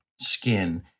skin